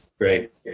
Great